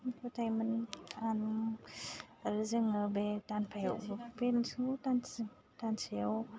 आरो जोङो बे दानफायाव